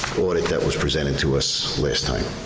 audit that was presented to us last time.